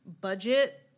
budget